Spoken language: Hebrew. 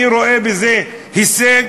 אני רואה בזה הישג,